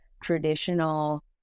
traditional